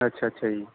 ਅੱਛਾ ਅੱਛਾ ਜੀ